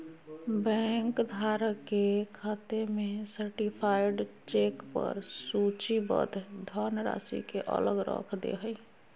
bank धारक के खाते में सर्टीफाइड चेक पर सूचीबद्ध धनराशि के अलग रख दे हइ